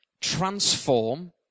transform